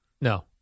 no